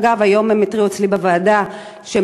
היום הם התריעו אצלי בוועדה שהם לא רוצים